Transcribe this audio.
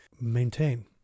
maintain